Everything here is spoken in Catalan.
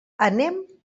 anem